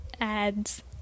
ads